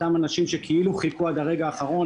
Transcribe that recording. אותם אנשים שכאילו חיכו עד הרגע האחרון